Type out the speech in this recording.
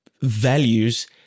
values